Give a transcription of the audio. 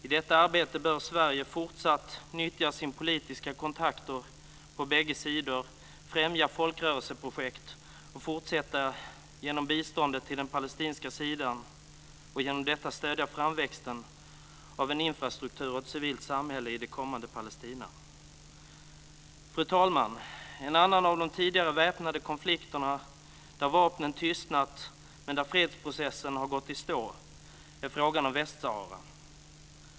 I detta arbete bör Sverige fortsatt nyttja sina politiska kontakter på bägge sidor, främja folkrörelseprojekt och fortsätta att genom biståndet till den palestinska sidan stödja framväxten av en infrastruktur och ett civilt samhälle i det kommande Fru talman! En annan av de tidigare väpnade konflikterna där vapnen tystnat men där fredsprocessen har gått i stå ägde rum i Västsahara.